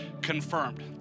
confirmed